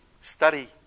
study